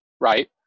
right